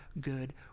good